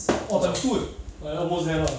!wah! times two eh err ya almost there lah